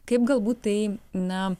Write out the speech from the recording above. kaip galbūt tai na